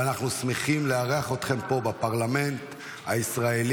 ואנחנו שמחים לארח אתכם פה בפרלמנט הישראלי.